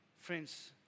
Friends